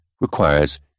requires